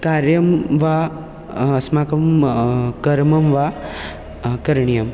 कार्यं वा अस्माकं कर्म वा करणीयम्